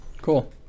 cool